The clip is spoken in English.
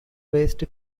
based